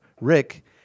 Rick